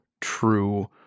true